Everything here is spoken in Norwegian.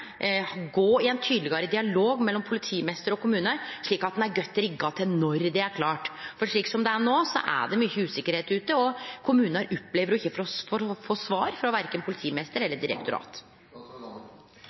slik at ein er godt rigga når det er klart. Slik det er no, er det mykje usikkerheit, og kommunar opplever å ikkje få svar, verken frå